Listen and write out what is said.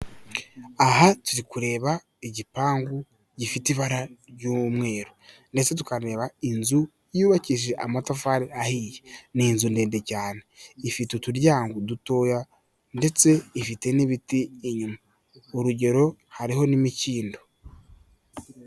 Aha turi kureba igipangu gifite ibara ry'umweru. Ndetse tukareba inzu yubakije amatafari ahiye. Ni inzu ndende cyane, ifite uturyango dutoya ndetse ifite n'ibiti inyuma. Urugero, hariho n'imikindo.